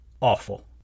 awful